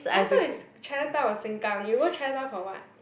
!huh! so is Chinatown or Sengkang you go Chinatown for [what]